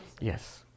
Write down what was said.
Yes